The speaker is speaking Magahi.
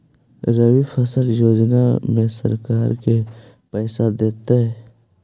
रबि फसल योजना में सरकार के पैसा देतै?